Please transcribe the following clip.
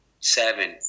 seven